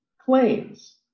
claims